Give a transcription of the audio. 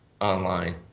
online